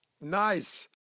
Nice